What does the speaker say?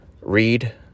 read